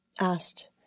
asked